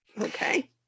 okay